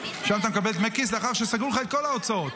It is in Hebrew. שם אתה מקבל דמי כיס לאחר שסגרו לך את כל ההוצאות.